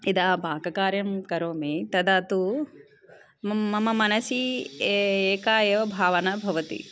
यदा पाककार्यं करोमि तदा तु मम मनसि ए एका एव भावना भवति